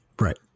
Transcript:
right